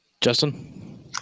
Justin